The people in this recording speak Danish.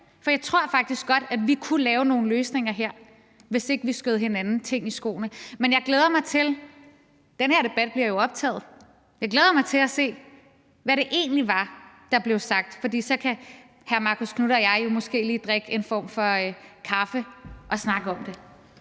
for jeg tror faktisk godt, at vi kunne lave nogle løsninger her, hvis vi ikke skød hinanden ting i skoene. Den her debat bliver jo optaget; jeg glæder mig til at se, hvad det egentlig var, der blev sagt, for så kan hr. Marcus Knuth og jeg jo måske lige drikke en form for kaffe og snakke om det.